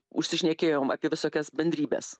užsišnekėjom apie visokias bendrybes